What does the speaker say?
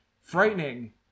Frightening